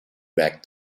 back